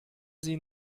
sie